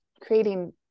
Creating